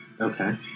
Okay